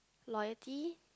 loyalty